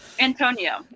Antonio